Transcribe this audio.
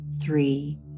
three